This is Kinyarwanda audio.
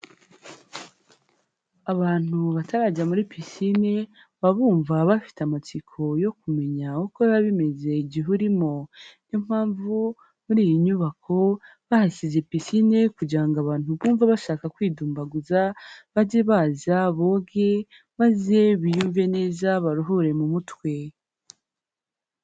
Abantu batarajya muri pisine baba bumva bafite amatsiko yo kumenya uko biba bimeze igihe urimo, niyo mpamvu muri iyi nyubako bahashyize pisine kugira ngo abantu bumva bashaka kwidumbaguza bage baza boge maze biyumve neza baruhure mu mutwe.